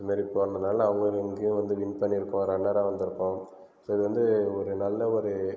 இதுமாரி போனதினால அவங்க அங்கேயும் வந்து வின் பண்ணிருக்கோம் ரன்னராக வந்துருக்கோம் ஸோ இது வந்து நல்ல ஒரு